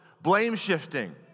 blame-shifting